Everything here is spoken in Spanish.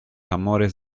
amores